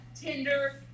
Tinder